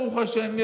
ברוך השם,